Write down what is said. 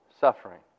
suffering